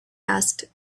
asked